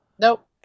Nope